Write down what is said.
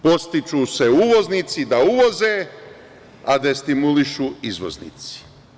Podstiču se uvoznici da uvoze, a destimulišu izvoznici.